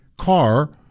car